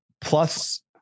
plus